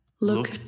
Look